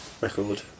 record